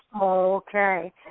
Okay